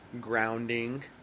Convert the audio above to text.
grounding